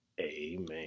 amen